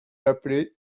appelé